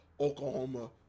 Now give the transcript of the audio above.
Oklahoma